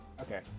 Okay